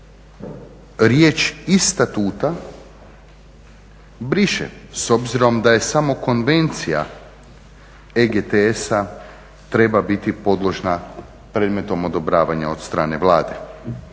riječ iz statuta briše s obzirom da je samo konvencija EGTC-a treba biti podložna predmetom odobravanja od strane Vlade.